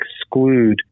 exclude